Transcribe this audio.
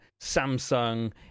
Samsung